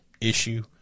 issue